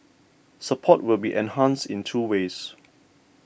support will be enhanced in two ways